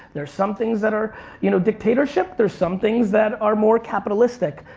there's some things that are you know dictatorship. there's some things that are more capitalistic.